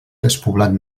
despoblat